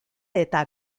eta